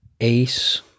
ace